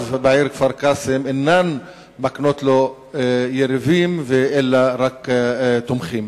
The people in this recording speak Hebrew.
בעיר כפר-קאסם אינם מקנים לו יריבים אלא רק תומכים.